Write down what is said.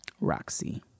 Roxy